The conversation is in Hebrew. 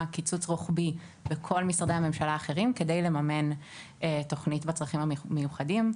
קיצוץ רוחבי בכל משרדי הממשלה האחרים כדי לממן תוכנית בצרכים המיוחדים.